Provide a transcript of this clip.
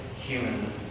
human